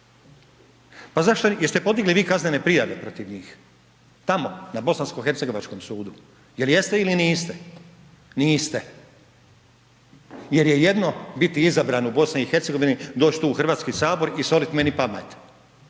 dolazite. Jeste podigli vi kaznene prijave protiv njih, tamo na bosansko-hercegovačkom sudu, jel jeste ili niste? Niste, jer je jedno biti izabran u BiH, doć tu u HS i solit meni pamet,